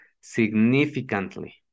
significantly